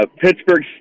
Pittsburgh